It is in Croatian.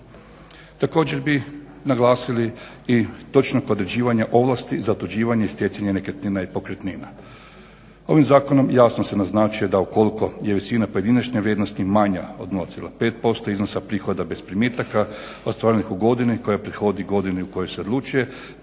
Također bi naglasili i točnog određivanja ovlasti za otuđivanje i stjecanje nekretnina i pokretnina. Ovim zakonom jasno se naznačuje da ukoliko je visina pojedinačne vrijednosti manja od 0,5% iznosa prihoda bez primitaka ostvarenih u godini koja prethodi godini u kojoj se odlučuje